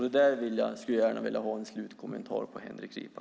Detta skulle jag gärna vilja ha en slutkommentar om från Henrik Ripa.